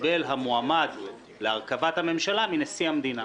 שקיבל המועמד להרכבת הממשלה מנשיא המדינה.